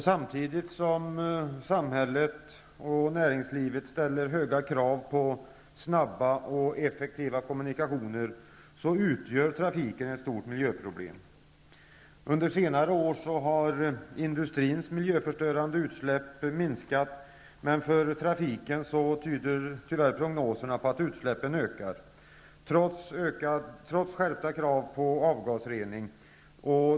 Samtidigt som samhället och näringslivet ställer höga krav på snabba och effektiva kommunikationer utgör trafiken ett stort miljöproblem. Under senare år har industrins miljöförstörande utsläpp minskat. För trafiken tyder prognoserna tyvärr på att utsläppen ökar, trots skärpta krav på avgasrening.